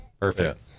Perfect